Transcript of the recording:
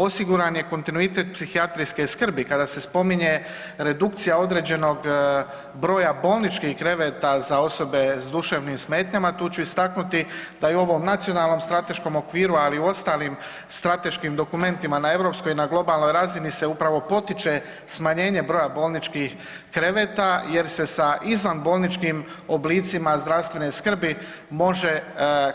Osiguran je kontinuitet psihijatrijske skrbi, kada se spominje redukcija određenog broja bolničkih kreveta za osobe s duševnim smetnjama, tu ću istaknuti da je i u ovom Nacionalnom strateškom okviru, ali i u ostalim strateškim dokumentima na europskoj i na globalnoj razini se upravo potiče smanjenje broja bolničkih kreveta jer se sa izvanbolničkim oblicima zdravstvene skrbi može